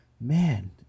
man